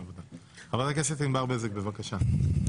חברת הכנסת ענבר בזק, בבקשה.